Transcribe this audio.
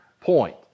point